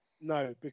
No